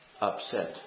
upset